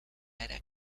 hará